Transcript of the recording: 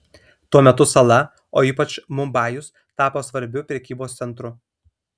tuo metu sala o ypač mumbajus tapo svarbiu prekybos centru